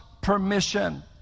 permission